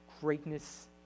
greatness